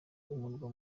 umurwa